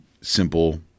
simple